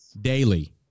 Daily